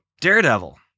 Daredevil